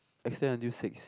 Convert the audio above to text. extend until six